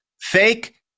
Fake